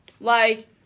Like-